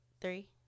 three